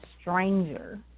stranger